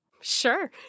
Sure